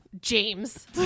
James